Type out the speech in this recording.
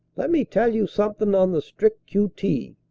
let me tell you sumpthin' on the strict q t.